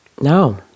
no